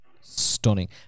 stunning